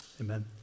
Amen